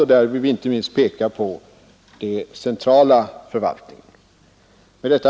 Och där vill vi inte minst peka på den centrala förvaltningen. Herr talman!